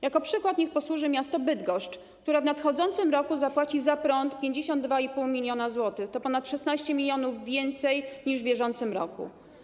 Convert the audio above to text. Jako przykład niech posłuży miasto Bydgoszcz, która w nadchodzącym roku zapłaci za prąd 52,5 mln zł - to ponad 16 mln więcej niż w bieżącym roku.